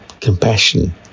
compassion